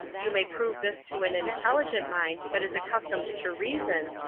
you may prove this to an intelligent mind that is accustomed to reason,